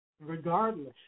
regardless